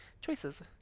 Choices